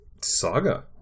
saga